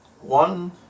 One